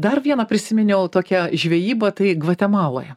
dar vieną prisiminiau tokia žvejybą tai gvatemaloje